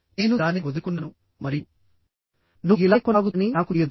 నేను దానిని వదులుకున్నాను మరియు నువ్వు ఇలాగే కొనసాగుతారని నాకు తెలియదు